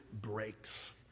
breaks